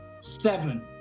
Seven